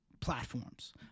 platforms